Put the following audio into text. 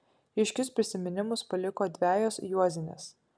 ryškius prisiminimus paliko dvejos juozinės